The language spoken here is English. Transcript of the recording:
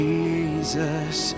Jesus